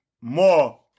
more